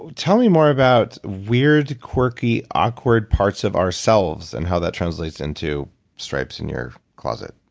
tell me more about, weird, quirky, awkward parts of ourselves and how that translates into stripes in your closet?